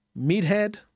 Meathead